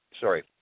Sorry